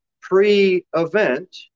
pre-event